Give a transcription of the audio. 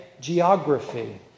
geography